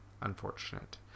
unfortunate